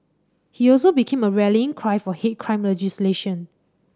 he also became a rallying cry for hate crime legislation